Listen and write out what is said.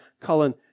Colin